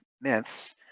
myths